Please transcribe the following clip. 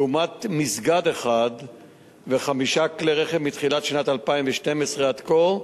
לעומת מסגד אחד וחמישה כלי רכב מתחילת שנת 2012 ועד כה,